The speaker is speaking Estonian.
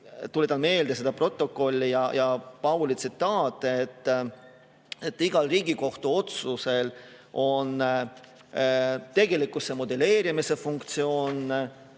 tuletan meelde seda protokolli ja Pauli tsitaati, et igal Riigikohtu otsusel on tegelikkusesse modelleerimise funktsioon,